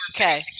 Okay